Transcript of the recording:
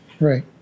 right